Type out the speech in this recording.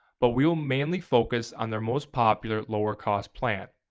but we will mainly focus on their most popular lower-cost plan.